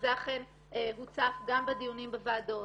וזה אכן הוצף גם בדיונים בוועדות,